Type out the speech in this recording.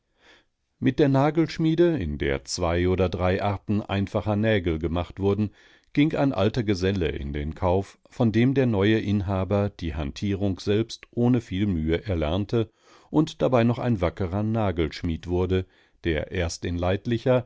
mit der nagelschmiede in der zwei oder drei arten einfacher nägel gemacht wurden ging ein alter geselle in den kauf von dem der neue inhaber die hantierung selbst ohne viel mühe erlernte und dabei noch ein wackerer nagelschmied wurde der erst in leidlicher